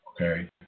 Okay